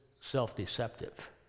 self-deceptive